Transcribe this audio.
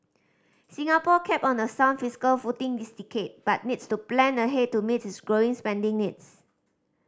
Singapore kept on a sound fiscal footing this decade but needs to plan ahead to meet its growing spending needs